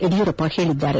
ಯಡಿಯೂರಪ್ಪ ಹೇಳಿದ್ದಾರೆ